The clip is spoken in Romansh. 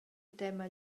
tema